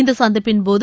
இந்த சந்திப்பின்போது